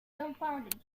dumbfounded